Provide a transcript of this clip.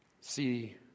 see